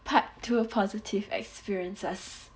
part two positive experiences